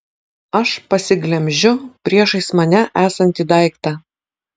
aš pasiglemžiu priešais mane esantį daiktą